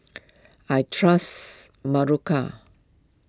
I trust Berocca